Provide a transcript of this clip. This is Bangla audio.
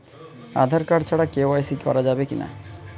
আঁধার কার্ড ছাড়া কে.ওয়াই.সি করা যাবে কি না?